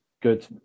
good